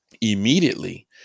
immediately